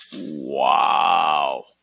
Wow